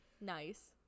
nice